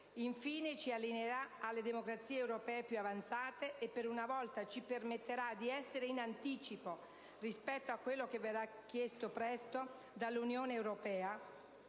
Infine, ci allineerà alle democrazie europee più avanzate e, per una volta, ci permetterà di essere in anticipo rispetto a quello che verrà presto chiesto dall'Unione europea,